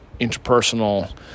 interpersonal